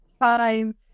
time